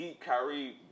Kyrie